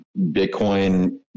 Bitcoin